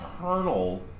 eternal